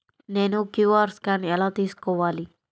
నేను QR scan ఎలా తీసుకోవాలి?